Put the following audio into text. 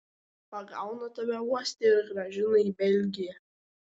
pagauna tave uoste ir grąžina į belgiją